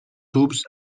tubs